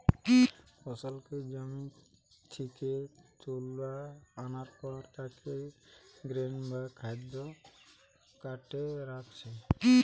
ফসলকে জমি থিকে তুলা আনার পর তাকে গ্রেন বা খাদ্য কার্টে রাখছে